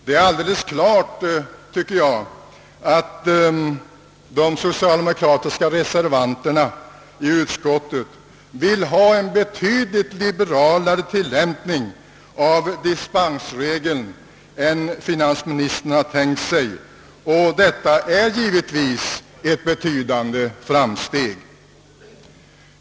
Det är alldeles klart, att de socialdemokratiska reservanterna i utskottet vill ha en betydligt liberalare tillämpning av dispensregeln än vad finansministern har tänkt sig, och detta är givetvis ett betydande framsteg.